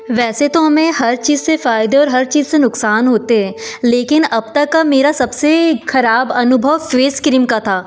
वैसे तो हमे हर चीज़ से फायदे और हर चीज़ से नुकसान होते हैं लेकिन अब तक मेरा सबसे खराब अनुभव फेस क्रीम का था